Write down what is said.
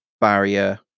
barrier